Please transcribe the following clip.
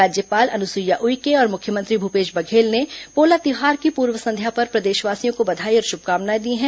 राज्यपाल अनुसुईया उइके और मुख्यमंत्री भूपेश बघेल ने पोला तिहार की पूर्व संध्या पर प्रदेशवासियों को बधाई और श्भकामनाएं दी हैं